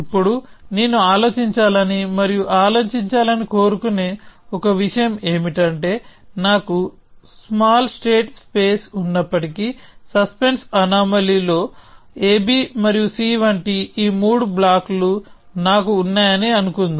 ఇప్పుడు నేను ఆలోచించాలని మరియు ఆలోచించాలని కోరుకునే ఒక విషయం ఏమిటంటే నాకు స్మాల్ స్టేట్ స్పేస్ ఉన్నప్పటికీ సస్పెన్స్ అనామోలీ లో ab మరియు c వంటి ఈ మూడు బ్లాక్లు నాకు ఉన్నాయని అనుకుందాం